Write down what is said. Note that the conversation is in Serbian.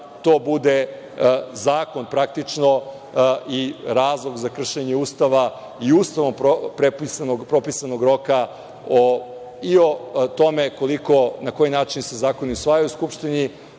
to bude zakon praktično i razlog za kršenje Ustava i Ustavom propisanog roka i o tome na koji način se zakoni usvajaju u Skupštini